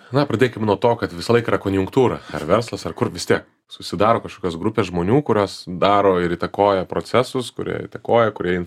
na pradėkim nuo to kad visą laiką konjunktūra ar verslas ar kur vis tiek susidaro kažkokios grupės žmonių kurios daro ir įtakoja procesus kurie įtakoja kurie